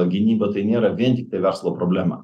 gynyba tai nėra vien tiktai verslo problema